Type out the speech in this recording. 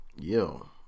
yo